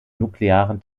nuklearen